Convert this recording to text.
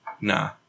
Nah